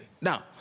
Now